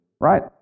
right